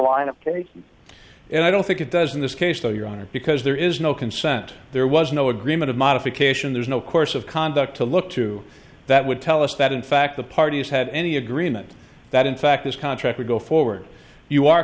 cases and i don't think it does in this case so your honor because there is no consent there was no agreement of modification there's no course of conduct to look to that would tell us that in fact the parties had any agreement that in fact this contract would go forward you are